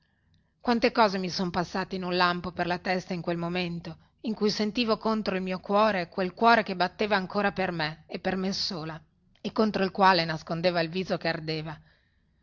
quante cose mi son passate in un lampo per la testa in quel momento in cui sentivo contro il mio quel cuore che batteva ancora per me e per me sola e contro il quale nascondeva il viso